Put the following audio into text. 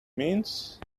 means